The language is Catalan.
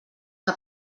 que